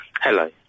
Hello